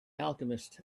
alchemist